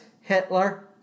Hitler